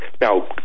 now